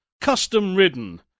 custom-ridden